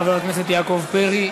חבר הכנסת יעקב פרי,